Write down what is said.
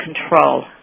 control